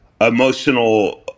emotional